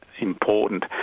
Important